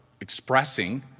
expressing